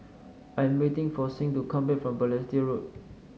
I'm waiting for Sing to come back from Balestier Road